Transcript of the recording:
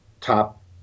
top